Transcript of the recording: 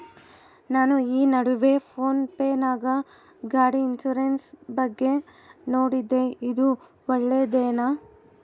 ನಾನು ಈ ನಡುವೆ ಫೋನ್ ಪೇ ನಾಗ ಗಾಡಿ ಇನ್ಸುರೆನ್ಸ್ ಬಗ್ಗೆ ನೋಡಿದ್ದೇ ಇದು ಒಳ್ಳೇದೇನಾ?